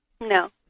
No